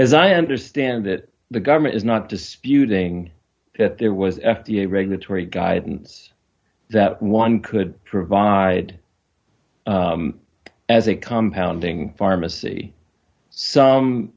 as i understand that the government is not disputing that there was f d a regulatory guidance that one could provide as they come hounding pharmacy some